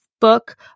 book